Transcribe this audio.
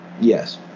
Yes